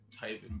type